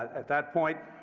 at that point,